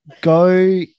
go